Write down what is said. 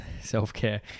self-care